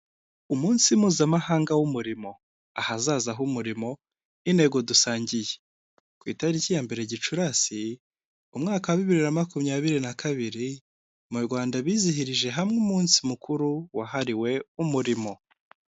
Umunsi mpuzamahanga w'umurimo, ahazaza h'umurimo, intego dusangiye, ku itariki ya mbere Gicurasi, umwaka bibiri na makumyabiri na kabiri mu Rwanda bizihirije hamwe umunsi mukuru wahariwe umurimo.